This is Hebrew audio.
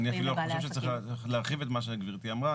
אני אפילו חושב שצריך להרחיב את מה שגברתי אמרה.